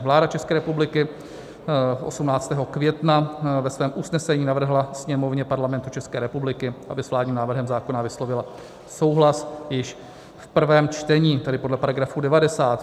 Vláda České republiky 18. května ve svém usnesení navrhla Sněmovně Parlamentu České republiky, aby s vládním návrhem zákona vyslovila souhlas již v prvém čtení, tedy podle § 90.